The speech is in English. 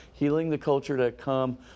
HealingTheCulture.com